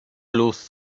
luz